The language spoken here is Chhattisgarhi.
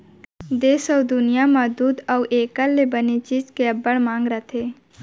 देस अउ दुनियॉं म दूद अउ एकर ले बने चीज के अब्बड़ मांग रथे